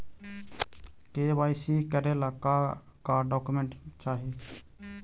KYC करे ला का का डॉक्यूमेंट चाही?